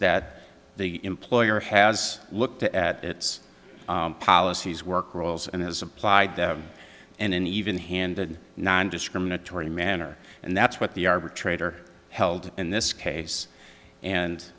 that the employer has looked at its policies work rules and has applied and an even handed nondiscriminatory manner and that's what the arbitrator held in this case and